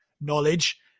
knowledge